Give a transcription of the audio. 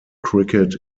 cricket